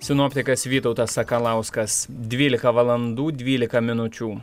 sinoptikas vytautas sakalauskas dvylika valandų dvylika minučių